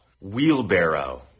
Wheelbarrow